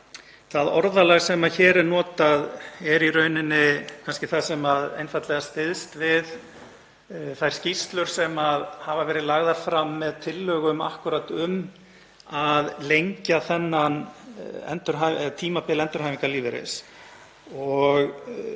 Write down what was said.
Það orðalag sem hér er notað er í rauninni kannski það sem einfaldlega styðst við þær skýrslur sem hafa verið lagðar fram með tillögu akkúrat um að lengja þetta tímabil endurhæfingarlífeyris.